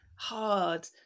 hard